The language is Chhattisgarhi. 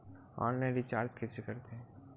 ऑनलाइन रिचार्ज कइसे करथे?